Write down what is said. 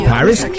Paris